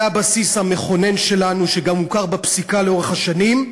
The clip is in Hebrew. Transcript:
זה הבסיס המכונן שלנו שגם הוכר בפסיקה לאורך השנים,